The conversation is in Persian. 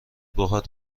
باهات